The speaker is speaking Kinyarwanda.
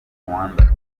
rwanda